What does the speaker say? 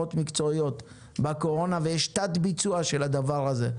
להכשרות מקצועיות בקורונה ויש תת ביצוע של הדבר הזה.